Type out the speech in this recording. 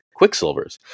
quicksilvers